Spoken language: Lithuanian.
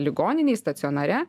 ligoninėj stacionare